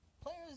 players